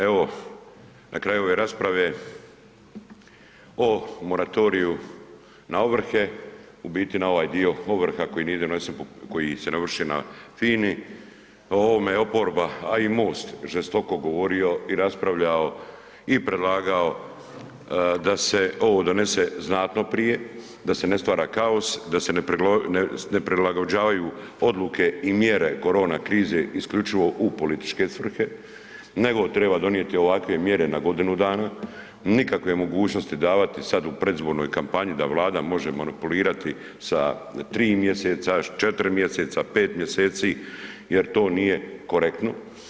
Evo, na kraju ove rasprave o moratoriju na ovrhe u biti na ovaj dio ovrha koji nisu donesen, koji se ovršuju na FINA-i, o ovome je oporba, a i MOST, žestoko govorio i raspravljao i predlagao da se ovo donese znatno prije, da se ne stvara kaos, da se ne prilagođavaju odluke i mjere korona krize isključivo u političke svrhe, nego treba donijeti ovakve mjere na godinu dana, nikakve mogućnosti davati sad u predizbornoj kampanji da Vlada može manipulirati sa 3 mjeseca, 4 mjeseca, 5 mjeseci jer to nije korektno.